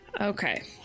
okay